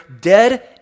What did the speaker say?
dead